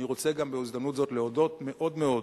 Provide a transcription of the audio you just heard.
אני רוצה גם, בהזדמנות זאת, להודות מאוד-מאוד